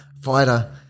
fighter